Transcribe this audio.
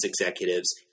executives